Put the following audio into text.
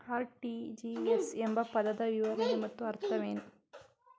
RTGS ಎಂಬ ಪದದ ವಿವರಣೆ ಮತ್ತು ಅರ್ಥವೇನು?